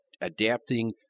adapting